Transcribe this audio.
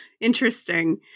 interesting